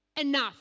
enough